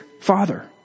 father